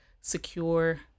secure